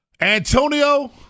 Antonio